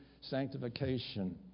sanctification